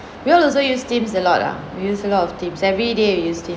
we also use teams a lot ah we use a lot of teams everyday we use teams